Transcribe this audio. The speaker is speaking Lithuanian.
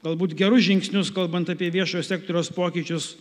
galbūt gerus žingsnius kalbant apie viešojo sektoriaus pokyčius